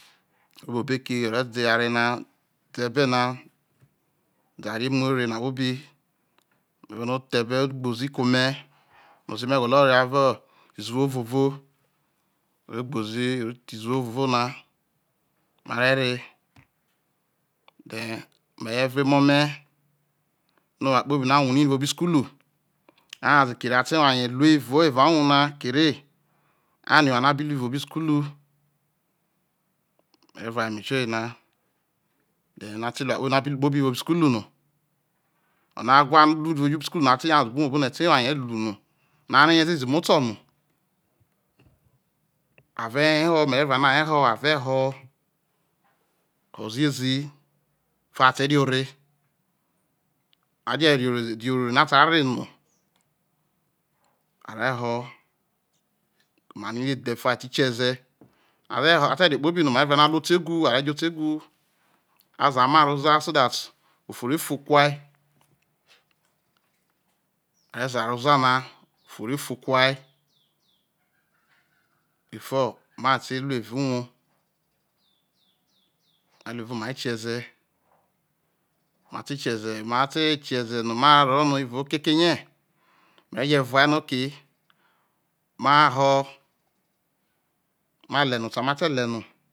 Evao obo eki o rro de eware na thei ebe na de eware emuore na kpobi ohwo no the ebo gbozi keome ozi be gwolo lo avo kuwo ovovo o re gbo ore the izuwo ovovona mare re then mere vue emome no oware kpobi no awuhre evao obo isukulu a nyaze a te ware ruei evao evao uwou na kere arie oware no abi ruevao obo isu kulo mere vual eme noyena then a te noware kpobi ne a biro evao obo isukuluho ono̠ a who no obo isukulu a te nyaza obo owor obone te ware ru no no arie rie ziezi mooto no ave nyai ho me ve vuar no jo a nyar ho are ho̠ ho̠ ziezi before te reove aje re ore no a sai re no a re ho ama rai redhe before a teti keze a re ho ate re kpobi no mare vuar no anyuze obo otewhv azaha amu roza so that ofovre fou kaui a reza aroza na ofou re fo kua before mate te ruo evao uwou ma ruo evao uwor na re kieze mate keze no mate kieze noma te rowo no evao okioke ie me reje uval no oke ma ho ma leni too mute le no